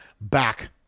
back